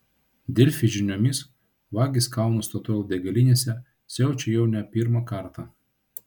delfi žiniomis vagys kauno statoil degalinėse siaučia jau ne pirmą kartą